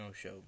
show